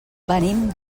venim